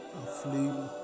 aflame